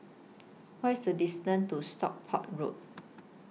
What IS The distance to Stockport Road